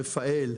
רפא"ל,